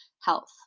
health